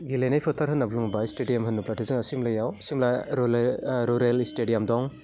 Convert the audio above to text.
गेलेनाय फोथार होनना बुङोबा स्टुडियाम होनोब्लाथाय जोंहा सिमलायाव सिमला रुरेल स्टुडियाम दं